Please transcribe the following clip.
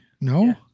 no